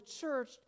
church